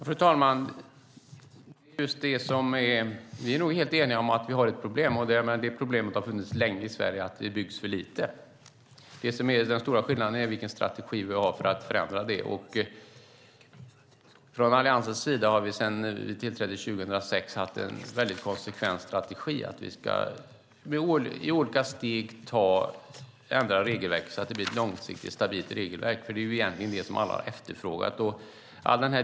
Fru talman! Vi är nog helt eniga om att vi har ett problem, men det problemet har funnits länge i Sverige. Det byggs för lite. Den stora skillnaden är vilken strategi vi har för att förändra det. Från Alliansens sida har vi sedan vi tillträdde 2006 haft en konsekvent strategi att i olika steg ändra regelverket så att det blir långsiktigt och stabilt. Det är ju egentligen det som alla har efterfrågat.